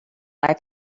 life